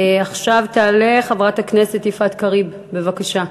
עכשיו תעלה חברת הכנסת יפעת קריב, בבקשה.